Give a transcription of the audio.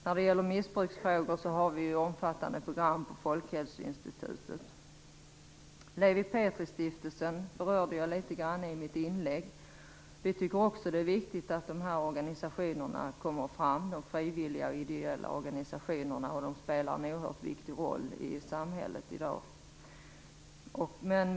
När det gäller missbruksfrågor har vi omfattande program på Folkhälsoinstitutet. Lewi Pethrus Stiftelsen berörde jag litet grand i mitt inlägg. Vi tycker också att det är viktigt att de frivilliga och ideella organisationerna kommer fram. De spelar en oerhört viktig roll i samhället i dag.